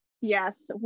Yes